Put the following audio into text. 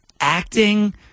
acting